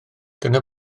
dyna